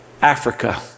Africa